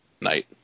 night